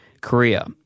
Korea